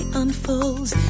unfolds